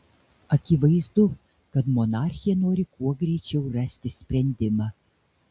akivaizdu kad monarchė nori kuo greičiau rasti sprendimą